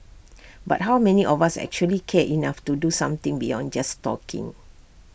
but how many of us actually care enough to do something beyond just talking